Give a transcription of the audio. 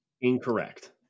Incorrect